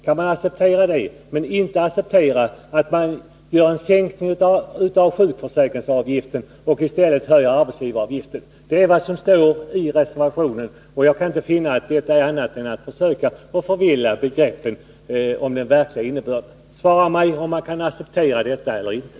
Kan man acceptera det men inte acceptera en sänkning av sjukförsäkringsavgiften och en höjning av arbetsgivaravgiften? Det är vad som står i reservationen, och jag kan inte finna att detta är annat än försök att förvilla begreppen om den verkliga innebörden. Svara på min fråga om man kan acceptera detta eller inte!